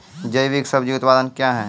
जैविक सब्जी उत्पादन क्या हैं?